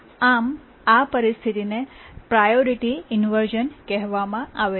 આમ આ પરિસ્થિતિને પ્રાયોરિટી ઇન્વર્શ઼ન કહેવામાં આવે છે